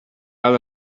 out